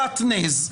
שעטנז,